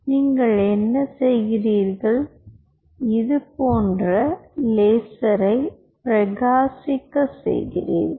நீங்கள் என்ன செய்கிறீர்கள் இது போன்ற லேசரை பிரகாசிக்க செயகிறீர்கள்